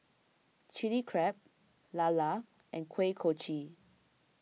Chilli Crab Lala and Kuih Kochi